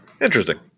interesting